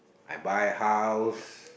I buy house